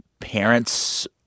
parents